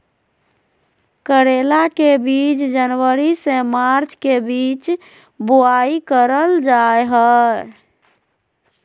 करेला के बीज जनवरी से मार्च के बीच बुआई करल जा हय